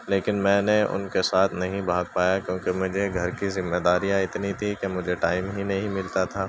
لیکن میں نے ان کے ساتھ نہیں بھاگ پایا کیونکہ مجھے گھر کی ذمہ داریاں اتنی تھیں کہ مجھے ٹائم ہی نہیں ملتا تھا